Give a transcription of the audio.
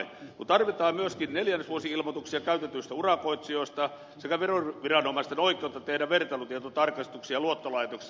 mutta tarvitaan myöskin neljännesvuosi ilmoituksia käytetyistä urakoitsijoista sekä veroviranomaisten oikeutta tehdä vertailutietotarkastuksia luottolaitoksissa